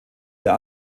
der